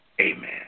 Amen